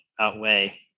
outweigh